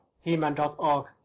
He-Man.org